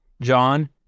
John